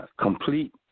complete